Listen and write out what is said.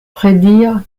prédire